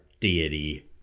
deity